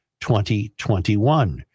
2021